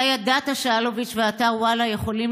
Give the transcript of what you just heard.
אתה ידעת שאלוביץ' ואתר וואלה יכולים